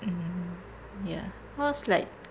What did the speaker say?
mm ya cause like